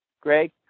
Greg